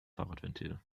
fahrradventil